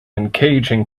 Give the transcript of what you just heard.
engaging